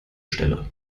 stelle